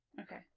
Okay